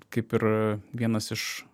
kaip ir vienas iš